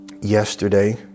yesterday